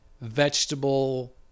vegetable